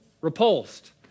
Repulsed